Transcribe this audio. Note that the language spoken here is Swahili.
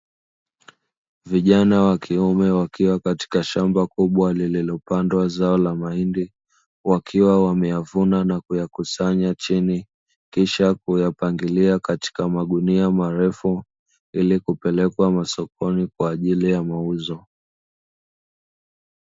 Vijana wa kiume wakiwa katika shamba kubwa lililopandwa zao la mahindi wakiwa. Wameyavuna na kuyakusanya chini, kisha kuyapangilia katika magunia marefu ili kupelekwa masokoni kwa ajili ya mauzo.